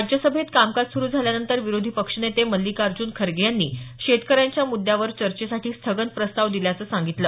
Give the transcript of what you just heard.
राज्यसभेत कामकाज सुरु झाल्यानंतर विरोधी पक्षनेते मल्लिकार्जुन खरगे यांनी शेतकऱ्यांच्या मुद्यावर चर्चेसाठी स्थगन प्रस्ताव दिल्याचं सांगितलं